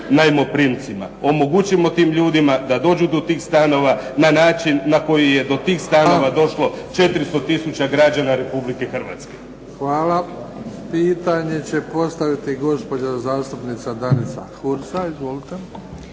najmoprimcima. Omogućimo tim ljudima da dođu do tih stanova na način na koji je do tih stanova došlo 400 tisuća građana Republike Hrvatske. **Bebić, Luka (HDZ)** Hvala. Pitanje će postaviti gospođa zastupnica Danica Hursa. Izvolite.